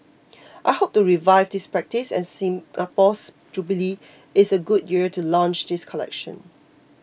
I hope to revive this practice and Singapore's jubilee is a good year to launch this collection